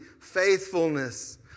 faithfulness